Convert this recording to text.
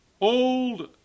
old